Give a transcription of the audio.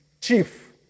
Chief